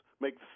make